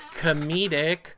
Comedic